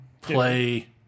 play